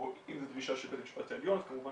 או אם זה דרישה של בית המשפט העליון אז כמובן